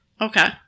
Okay